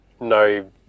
no